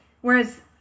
whereas